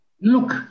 look